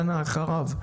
שנה אחריו.